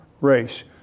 race